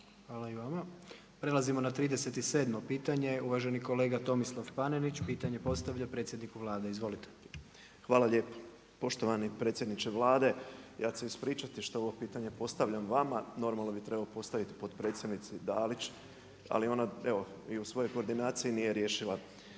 Hvala i vama. Prelazimo na 37 pitanje, uvaženi kolega Tomislav Panenić, pitanje postavlja predsjedniku Vlade. Izvolite. **Panenić, Tomislav (MOST)** Hvala lijepo. Poštovani predsjedniče Vlade, ja ću se ispričati što ovo pitanje postavljam vama, normalno bi trebao postaviti potpredsjednici Dalić, ali ona evo i u svojoj koordinaciji nije riješila.